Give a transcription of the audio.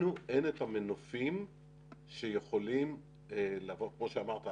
לנו אין את המנופים שיכולים כמו שאמרת,